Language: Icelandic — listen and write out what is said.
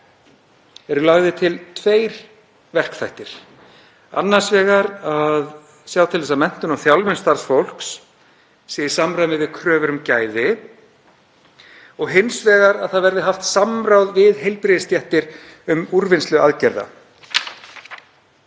eru lagðir til tveir verkþættir, annars vegar að sjá til þess að menntun og þjálfun starfsfólks sé í samræmi við kröfur um gæði og hins vegar að það verði haft samráð við heilbrigðisstéttir um úrvinnslu aðgerða.